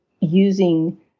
using